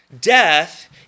Death